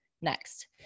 next